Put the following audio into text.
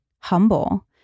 humble